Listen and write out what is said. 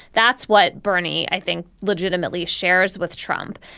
that's what bernie i think legitimately shares with trump.